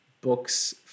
books